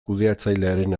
kudeatzailearen